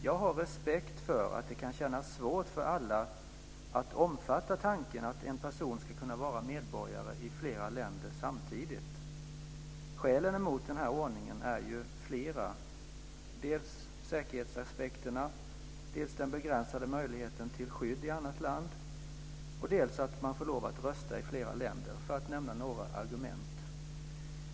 Jag har respekt för att det kan kännas svårt för alla att omfatta tanken att en person ska kunna vara medborgare i flera länder samtidigt. Skälen emot denna ordning är flera. Dels finns säkerhetsaspekterna, dels den begränsade möjligheten till skydd i annat land, dels att man får lov att rösta i flera länder för att nämna några argument.